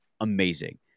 amazing